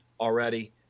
already